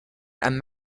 and